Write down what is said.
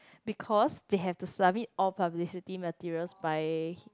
because they have to submit all publicity materials by